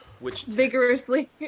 vigorously